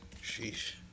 Sheesh